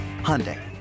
Hyundai